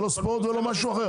לא ספורט ולא משהו אחר.